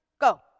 Go